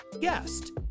guest